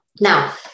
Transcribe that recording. now